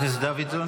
חבר הכנסת דוידסון.